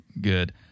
good